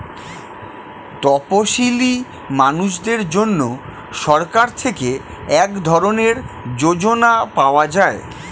তপসীলি মানুষদের জন্য সরকার থেকে এক ধরনের যোজনা পাওয়া যায়